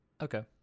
Okay